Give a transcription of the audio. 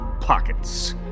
pockets